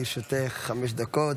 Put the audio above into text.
בבקשה, לרשותך חמש דקות.